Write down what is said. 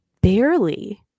barely